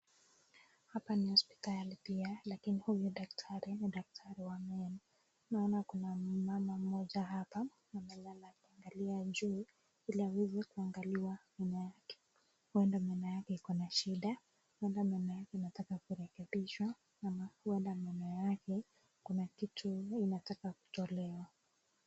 hapa ni hosipitali pia lakini huyu ni dakitari ni dakidari wa meno, naona kuna mama moja hapa amelala akiangalia juu iliaweze kuangaliwa meno yake huenda meno yake iko na shida huenda meno yake inataka kurekebishwa naona kuwa kuna kitu inataka kutolewa.